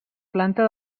planta